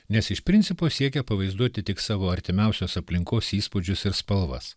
nes iš principo siekia pavaizduoti tik savo artimiausios aplinkos įspūdžius ir spalvas